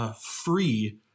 Free